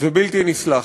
ובלתי נסלחת.